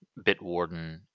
Bitwarden